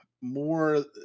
more